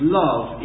love